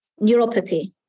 neuropathy